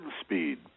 speed